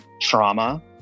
trauma